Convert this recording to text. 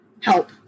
help